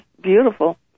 beautiful